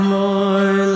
more